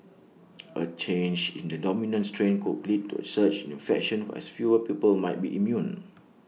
A change in the dominant strain could lead to A surge in infections as fewer people might be immune